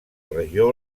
regió